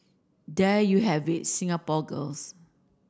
there you have it Singapore girls